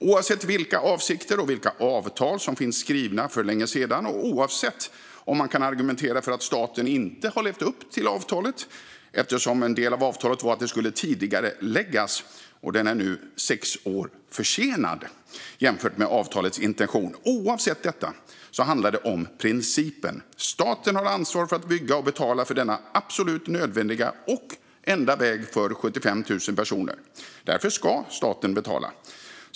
Oavsett vilka avsikter och vilka avtal som skrivits för länge sedan och oavsett om man kan argumentera för att staten inte har levt upp till avtalet eftersom en del av avtalet var att bygget skulle tidigareläggas, och bron är nu sex år försenad jämfört med avtalets intention, handlar det om principen. Staten har ansvar för att bygga och betala för denna absolut nödvändiga och enda väg för 75 000 personer. Därför ska staten betala.